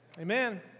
Amen